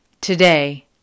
Today